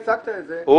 איך שאתה הצגת את זה,